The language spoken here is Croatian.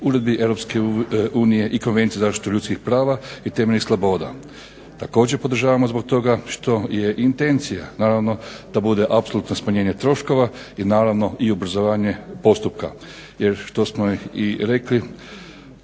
Uredbi EU i Konvencije za zaštitu ljudskih prava i temeljnih sloboda. Također, podržavamo zbog toga što je intencija naravno da bude apsolutno smanjenje troškova i naravno i ubrzanje postupka. Jer što smo i rekli